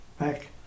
back